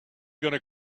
gonna